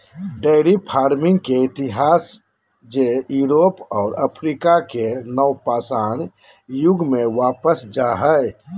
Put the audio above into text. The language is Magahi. डेयरी फार्मिंग के इतिहास जे यूरोप और अफ्रीका के नवपाषाण युग में वापस जा हइ